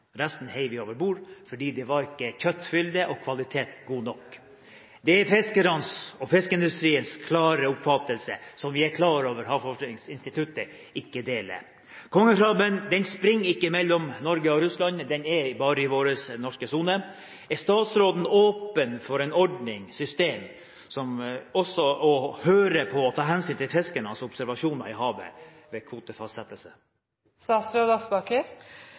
Resten hev vi over bord, fordi det ikke var god nok kjøttfylde og kvalitet. Det er fiskernes og fiskeindustriens klare oppfatning, som vi er klar over at Havforskningsinstituttet ikke deler. Kongekrabben springer ikke mellom Norge og Russland, den er bare i vår norske sone. Er statsråden åpen for en ordning eller et system der man også hører på og tar hensyn til fiskernes observasjoner i havet ved